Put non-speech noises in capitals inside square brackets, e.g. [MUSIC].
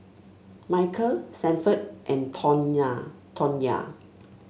Michael Sanford and [UNINTELLIGIBLE] Tawnya